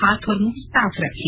हाथ और मुंह साफ रखें